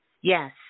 Yes